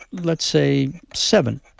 let's say seven.